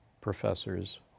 professors